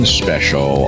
special